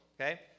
okay